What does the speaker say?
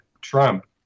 Trump